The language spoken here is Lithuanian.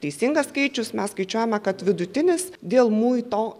teisingas skaičius mes skaičiuojame kad vidutinis dėl muito